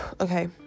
Okay